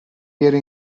era